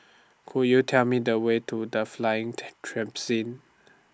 Could YOU Tell Me The Way to The Flying